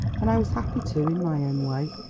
and i was happy too in my own way.